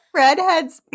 redheads